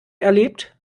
erlebt